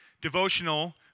devotional